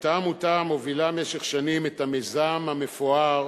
אותה עמותה המובילה במשך שנים את המיזם המפואר